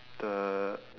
the